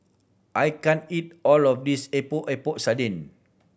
I can't eat all of this Epok Epok Sardin